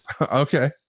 Okay